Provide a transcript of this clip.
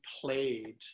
played